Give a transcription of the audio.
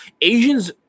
Asians